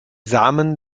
samen